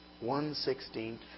one-sixteenth